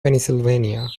pennsylvania